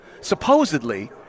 Supposedly